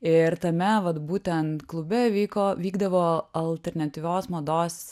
ir tame vat būtent klube vyko vykdavo alternatyvios mados